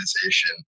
organization